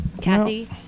Kathy